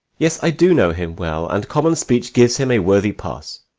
yes, i do know him well and common speech gives him a worthy pass.